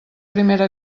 primera